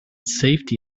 safety